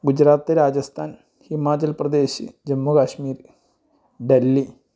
Gujarat Rajasthan Himachal Pradesh Jammu Kashmir Delhi